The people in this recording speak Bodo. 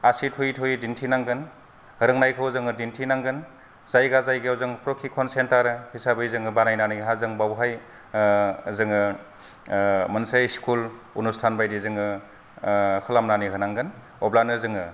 आसि थुयै थुयै दिन्थिनांगोन रोंनायखौ जों दिन्थिनांगोन जायगा जायगायाव जों फ्रखिकन सेन्टार हिसाबै जों बानायनानै जों बावहाय जोङो मोनसे स्कुल अनुस्थान बायदि जोङो खालामनानै होनांगोन अब्लानो जोङो